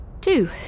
Two